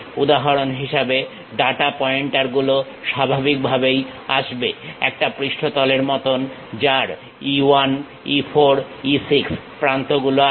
উদাহরণ হিসেবে data pointer গুলো স্বাভাবিকভাবেই আসবে একটা পৃষ্ঠতলের মতন যার E 1 E 4 E 6 প্রান্ত গুলো আছে